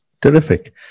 Terrific